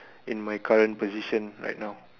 in my current position right now